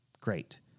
Great